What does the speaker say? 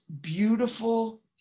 beautiful